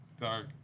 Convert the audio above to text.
dark